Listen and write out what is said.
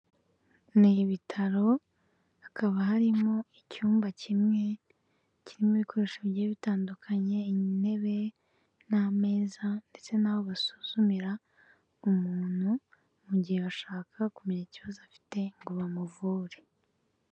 Ni ibitaro hakaba harimo icyumba kimwe kirimo ibikoresho bigiye bitandukanye, intebe n'ameza ndetse n'aho basuzumira umuntu, mu gihe bashaka kumenya ikibazo afite ngo bamuvure.